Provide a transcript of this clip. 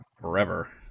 forever